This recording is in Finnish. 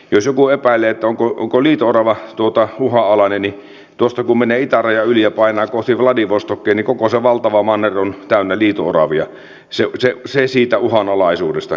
jos joku epäilee onko liito orava uhanalainen niin tuosta kun menee itärajan yli ja painaa kohti vladivostokia niin koko se valtava manner on täynnä liito oravia se siitä uhanalaisuudesta